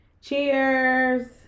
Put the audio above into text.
cheers